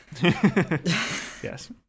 Yes